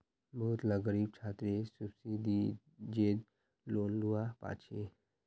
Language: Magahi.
बहुत ला ग़रीब छात्रे सुब्सिदिज़ेद लोन लुआ पाछे